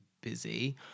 busy